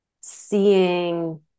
seeing